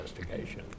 investigation